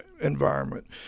environment